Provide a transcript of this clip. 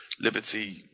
Liberty